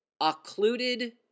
occluded